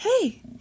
hey